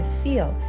feel